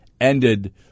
ended